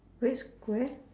red square